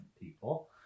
people